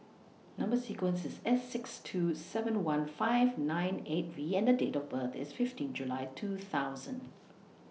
Number sequence IS S six two seven one five nine eight V and Date of birth IS fifteen July two thousand